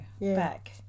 back